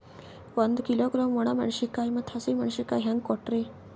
ಒಂದ ಕಿಲೋಗ್ರಾಂ, ಒಣ ಮೇಣಶೀಕಾಯಿ ಮತ್ತ ಹಸಿ ಮೇಣಶೀಕಾಯಿ ಹೆಂಗ ಕೊಟ್ರಿ?